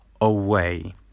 away